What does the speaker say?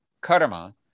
karma